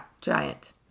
giant